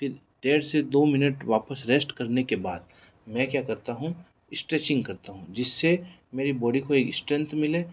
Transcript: फिर डेढ़ से दो मिनट वापस रेस्ट करने के बाद मैं क्या करता हूँ स्ट्रेचिंग करता हूँ जिससे मेरी बॉडी को एक स्ट्रैंथ मिले